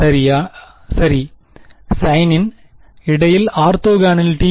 சரியாக சரி சைனின் இடையில் ஆர்த்தோகனாலிட்டி